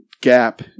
gap